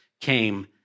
came